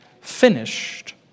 finished